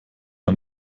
ein